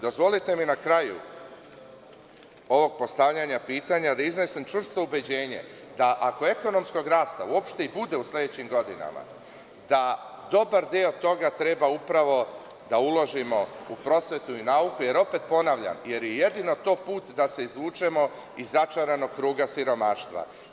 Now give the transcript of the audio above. Dozvolite mi na kraju ovog postavljanja pitanja da iznesem čvrsto ubeđenje da ako ekonomskog rasta uopšte i bude u sledećim godinama, da dobar deo toga treba upravo da uložimo u prosvetu u nauku, jer je jedino to put da se izvučemo iz začaranog kruga siromaštva.